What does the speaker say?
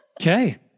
Okay